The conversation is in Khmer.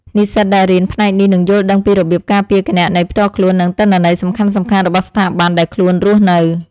និស្សិតដែលរៀនផ្នែកនេះនឹងយល់ដឹងពីរបៀបការពារគណនីផ្ទាល់ខ្លួន និងទិន្នន័យសំខាន់ៗរបស់ស្ថាប័នដែលខ្លួនរស់នៅ។